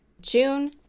June